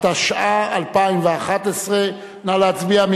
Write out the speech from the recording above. התשע"א 2011, נא להצביע.